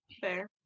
fair